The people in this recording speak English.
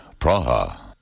Praha